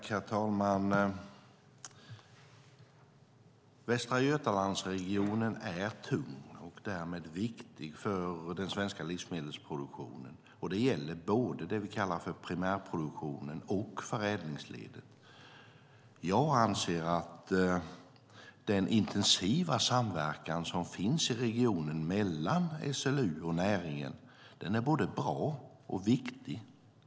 Herr talman! Västra Götalandsregionen är tung och därmed viktig inom den svenska livsmedelsproduktionen. Det gäller både det vi kallar för primärproduktionen och förädlingsledet. Jag anser att den intensiva samverkan som finns i regionen mellan SLU och näringen är både bra och viktig.